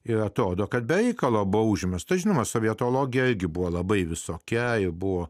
ir atrodo kad be reikalo buvo užmesta žinoma sovietologija gi buvo labai visokiai buvo